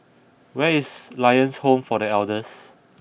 where is Lions Home for The Elders